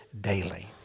daily